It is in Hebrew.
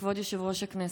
כבוד יושב-ראש הכנסת,